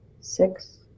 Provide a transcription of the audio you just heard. six